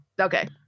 Okay